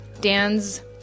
Dan's